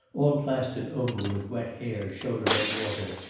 all plastered over with wet hair, showed above water,